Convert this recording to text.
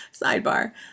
sidebar